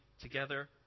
together